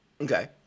Okay